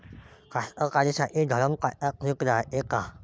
कास्तकाराइसाठी धरम काटा ठीक रायते का?